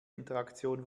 interaktion